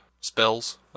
spells